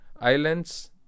Islands